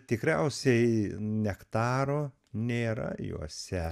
tikriausiai nektaro nėra juose